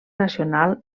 nacional